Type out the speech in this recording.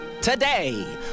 Today